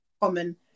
common